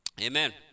Amen